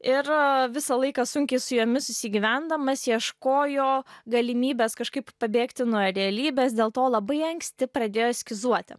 ir visą laiką sunkiai su jomis susigyvendamas ieškojo galimybės kažkaip pabėgti nuo realybės dėl to labai anksti pradėjo eskizuoti